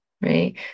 right